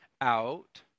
out